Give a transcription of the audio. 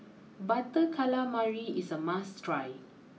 Butter Calamari is a must try